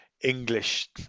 english